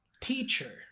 teacher